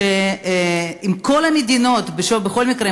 בכל מקרה,